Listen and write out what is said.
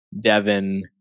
Devin